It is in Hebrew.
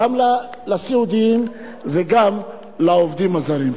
גם לסיעודיים וגם לעובדים הזרים.